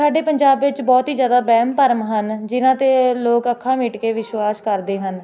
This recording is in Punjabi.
ਸਾਡੇ ਪੰਜਾਬ ਵਿੱਚ ਬਹੁਤ ਹੀ ਜ਼ਿਆਦਾ ਵਹਿਮ ਭਰਮ ਹਨ ਜਿਹਨਾਂ 'ਤੇ ਲੋਕ ਅੱਖਾਂ ਮੀਟ ਕੇ ਵਿਸ਼ਵਾਸ ਕਰਦੇ ਹਨ